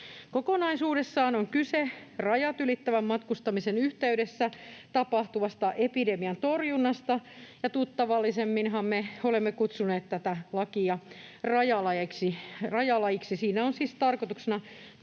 Kokonaisuudessaan on kyse rajat ylittävän matkustamisen yhteydessä tapahtuvasta epidemian torjunnasta, ja tuttavallisemminhan me olemme kutsuneet tätä lakia rajalaiksi. Siinä on siis tarkoituksena täsmentää